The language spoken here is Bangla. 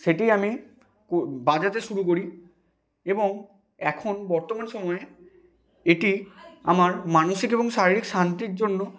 সেইটি আমি কো বাজাতে শুরু করি এবং এখন বর্তমান সময়ে এটি আমার মানসিক এবং শারীরিক শান্তির জন্য